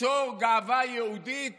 ייצור גאווה יהודית